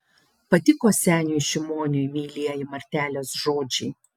patiko seniui šimoniui meilieji martelės žodžiai